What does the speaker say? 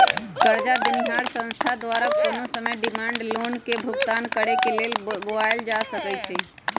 करजा देनिहार संस्था द्वारा कोनो समय डिमांड लोन के भुगतान करेक लेल बोलायल जा सकइ छइ